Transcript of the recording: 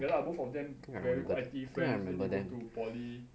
ya lah both of them very good I_T_E friends then after that go to poly